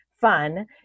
fun